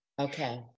okay